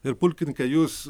ir pulkininke jūs